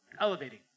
elevating